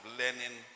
learning